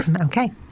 Okay